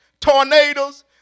tornadoes